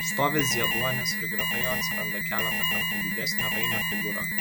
stovi zieduonis ir greta jo atsiranda keletą kartų didesnė rainio figūra